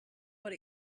what